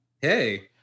Hey